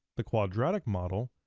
the quadratic model,